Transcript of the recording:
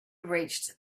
reached